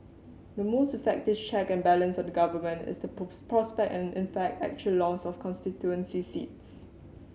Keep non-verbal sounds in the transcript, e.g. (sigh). the most effective check and balance on the Government is the (unintelligible) prospect and in fact actual loss of constituency seats